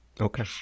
Okay